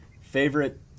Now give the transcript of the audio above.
favorite